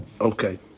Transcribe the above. Okay